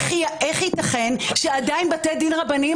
איך ייתכן שעדיין בתי הדין הרבניים